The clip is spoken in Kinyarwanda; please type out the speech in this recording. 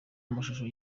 amashusho